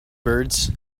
birds